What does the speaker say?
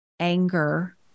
anger